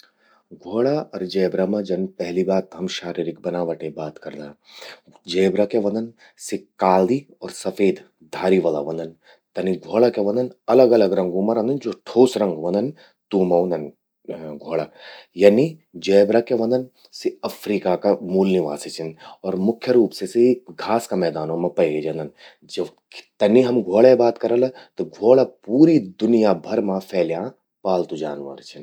घ्वोड़ा अर जेबरा मां जन पल्लि बात त हम शारीरीक बनावटे बात करदा। जेबरा क्या व्हंदन, सि काली अर सफेद धारी वला व्हंदन। तनि घ्वोड़ा क्या व्हंदन, अलग अलग रंगों मां रौंदन, ज्वो ठोस रंग व्हंदन, तूंमा उंदन घ्वोड़ा। तनि जेबरा क्या व्हंदन, सि अफ्रीका का मूल निवासि छिन। अर मुख्य रूप से सि घास का मैदानों मां पये जंदन। तनि हम घ्वोड़े बात करला, त घ्वोड़ा पूरी दुनिया भर मां फैल्यां पालतू जानवर छिन।